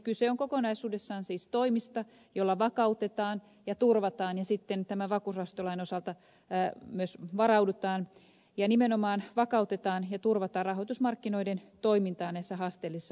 kyse on kokonaisuudessaan siis toimista joilla vakautetaan ja turvataan ja sitten tämän vakuusrahastolain osalta myös varaudutaan ja nimenomaan vakautetaan ja turvataan rahoitusmarkkinoiden toimintaa näissä haasteellisissa maailmantalouden olosuhteissa